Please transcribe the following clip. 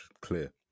clear